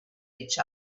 each